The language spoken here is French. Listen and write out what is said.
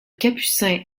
capucin